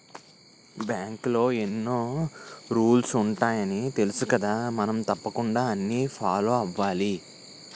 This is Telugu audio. బాంకులో ఎన్నో రూల్సు ఉంటాయని తెలుసుకదా మనం తప్పకుండా అన్నీ ఫాలో అవ్వాలి